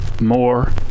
more